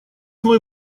мой